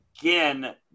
again